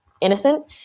innocent